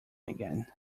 again